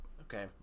Okay